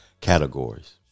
categories